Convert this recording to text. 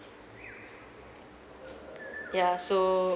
ya so